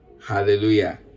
Hallelujah